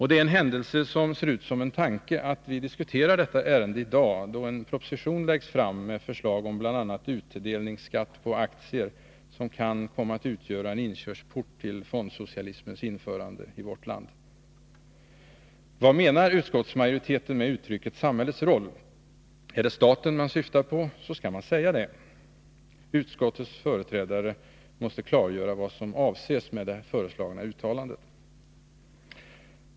Det är en händeise som ser ut som en tanke att vi diskuterar detta ärende i dag, då en proposition läggs fram med förslag om bl.a. skatt på aktieutdelningar, som kan utgöra en inkörsport till fondsocialismens införande i vårt land. Vad menar utskottsmajoriteten med uttrycket ”samhällets roll”? Är det staten man syftar på, så skall man säga detta. Utskottets företrädare måste klargöra vad som avses med det föreslagna uttalandet.